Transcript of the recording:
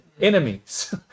enemies